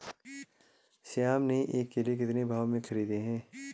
श्याम ने ये केले कितने भाव में खरीदे हैं?